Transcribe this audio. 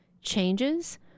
changes